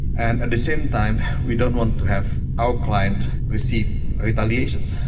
and at the same time we don't want to have our client receive retaliations.